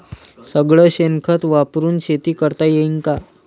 सगळं शेन खत वापरुन शेती करता येईन का?